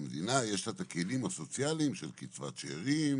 שהמדינה יש לה את הכלים הסוציאליים של קצבת שאירים